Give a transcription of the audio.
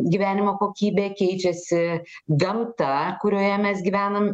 gyvenimo kokybė keičiasi gamta kurioje mes gyvenam